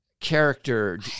character